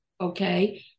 okay